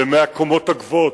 ומהקומות הגבוהות,